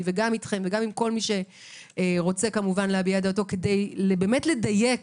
ואתכם וכל מי שרוצה להביע דעתו כדי לדייק